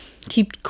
Keep